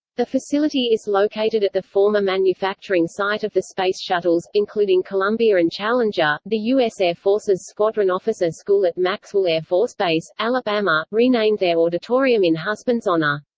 the facility is located at the former manufacturing site of the space shuttles, including columbia and challenger the u s. air force's squadron officer school at maxwell air force base, alabama, renamed their auditorium in husband's honor.